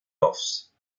offs